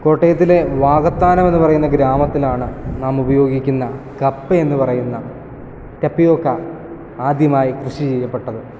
കോട്ടയത്തിലെ വാകത്താനം എന്ന് പറയുന്ന ഗ്രാമത്തിലാണ് നാമുപയോഗിക്കുന്ന കപ്പ എന്ന് പറയുന്ന ടപിയോക്ക ആദ്യമായി കൃഷി ചെയ്യപ്പെട്ടത്